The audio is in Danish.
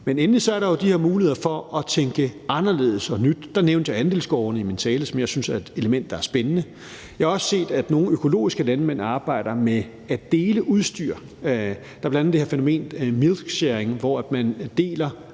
Men endelig er der jo de her muligheder for at tænke anderledes og nyt. Der nævnte jeg i min tale andelsgårdene, som jeg synes er et element, der er spændende. Jeg har også set, at nogle økologiske landmænd arbejder med at dele udstyr. Der er bl.a. det her fænomen milk sharing, hvor man deler